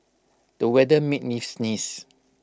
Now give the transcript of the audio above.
the weather made me sneeze